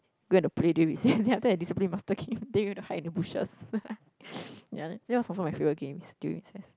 go and play during recess then after that the discipline master came then we went to hide in the bushes ya that was also my favourite games during recess